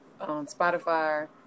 Spotify